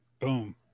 Boom